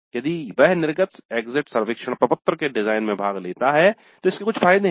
यदि वह निर्गत एक्जिट सर्वेक्षण प्रपत्र के डिजाइन में भाग लेता है तो इसके कुछ फायदे हैं